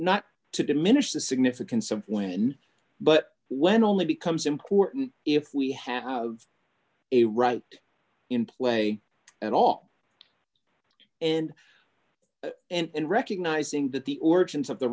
not to diminish the significance of when but when only becomes important if we have a right in play at all and and recognizing that the